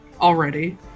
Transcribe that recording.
already